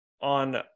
On